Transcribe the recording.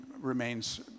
remains